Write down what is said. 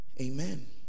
amen